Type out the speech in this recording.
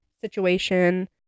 situation